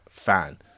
fan